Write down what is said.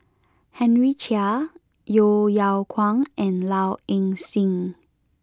Henry Chia Yeo Yeow Kwang and Low Ing Sing